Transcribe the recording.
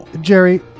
Jerry